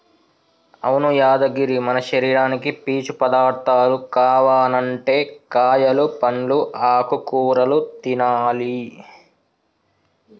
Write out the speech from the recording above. అవును యాదగిరి మన శరీరానికి పీచు పదార్థాలు కావనంటే కాయలు పండ్లు ఆకుకూరలు తినాలి